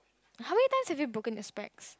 how many times have you broken your specs